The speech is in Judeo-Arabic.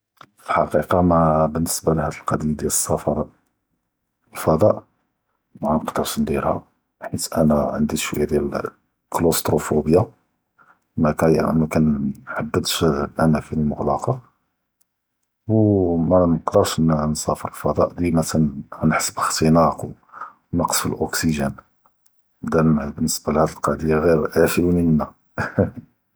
פא ח’קיקה מא, באלניסבה להאד אלק’דיה דיאל אס-ספאר ללפארסה, מאנקד’רש נדרהא ח’ית אנא ע’נדי שוווי דיאל קלוסטרופוביה, מקא מיכ’נד’חדש אלאמאקאן אלמגלוקה ו מאנקד’רש נ נספאר ללפארסה, נכס בלאח’תנאק ו נק’ס פ אלאוקסיג’ן, באלניסבה להאד אלק’דיה, ג’יר עאפנא מונה.